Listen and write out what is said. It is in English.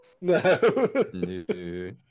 No